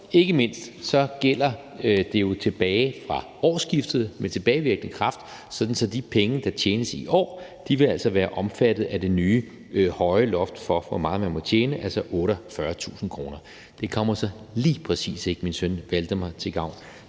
ikke mindst gælder det tilbage fra årsskiftet med tilbagevirkende kraft, sådan at de penge, der tjenes i år, altså vil være omfattet af det nye høje loft for, hvor meget man må tjene, altså 48.000 kr. Det kommer så lige præcis ikke min søn Valdemar til gavn,